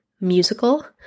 musical